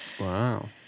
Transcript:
Wow